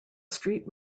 street